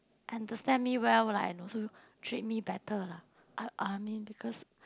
understand me well lah and also treat me better lah I I mean because